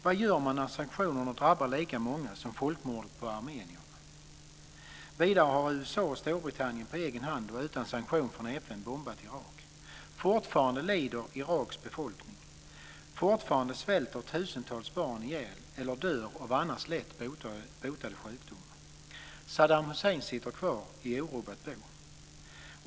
Vad gör man när sanktionerna drabbar lika många som folkmordet på armenierna? Vidare har USA och Storbritannien på egen hand och utan sanktion från FN bombat Irak. Fortfarande lider Iraks befolkning. Fortfarande svälter tusentals barn ihjäl eller dör av annars lätt botade sjukdomar. Saddam Hussein sitter kvar - i orubbat bo.